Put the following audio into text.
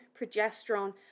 progesterone